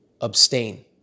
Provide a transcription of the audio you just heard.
abstain